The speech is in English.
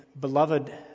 beloved